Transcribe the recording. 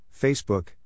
Facebook